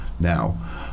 Now